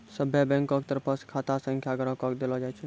सभ्भे बैंको के तरफो से खाता संख्या ग्राहको के देलो जाय छै